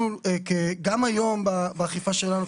גם היום באכיפה שלנו,